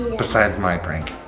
besides my prank.